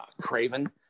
Craven